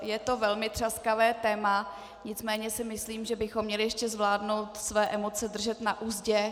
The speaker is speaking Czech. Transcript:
Je to velmi třaskavé téma, nicméně si myslím, že bychom měli ještě zvládnout své emoce držet na uzdě.